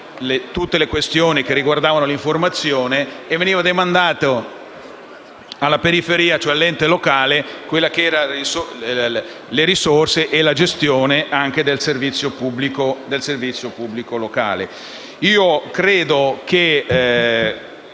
tutte le questioni riguardanti l'informazione, immaginando di demandare alla periferia, cioè all'ente locale, le risorse e la gestione pure del servizio pubblico locale.